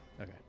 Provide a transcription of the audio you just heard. Okay